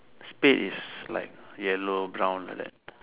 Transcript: spade is like yellow brown like that